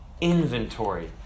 inventory